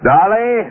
Dolly